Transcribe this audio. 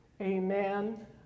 Amen